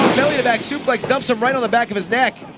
belly to back suplex dumps him right on the back of his neck.